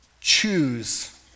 choose